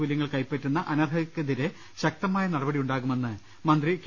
കൂല്യങ്ങൾ കൈപ്പറ്റുന്ന അനർഹർക്കെതിരെ ശക്തമായ നടപടി ഉണ്ടാകുമെന് മന്ത്രി കെ